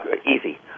Easy